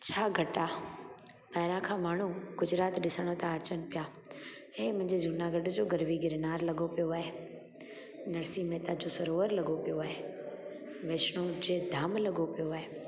छा घटि आहे ॿाहिरां खां माण्हू गुजरात ॾिसण था अचनि पिया इहो मुंहिंजो जूनागढ़ जो गर्वी गिरनार लॻो पयो आहे नरसिंह मेहता जो सरोवर लॻो पियो आहे विष्णु जो धाम लॻो पियो आहे